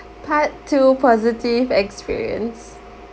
part two positive experience